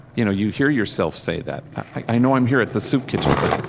you know you hear yourself say that. i know i'm here at the soup kitchen, but,